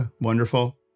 wonderful